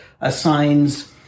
assigns